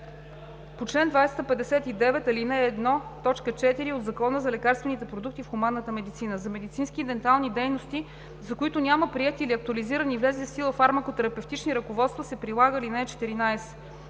ал. 1, т. 4 от Закона за лекарствените продукти в хуманната медицина. За медицински и дентални дейности, за които няма приети или актуализирани и влезли в сила фармако-терапевтични ръководства, се прилага ал. 14.“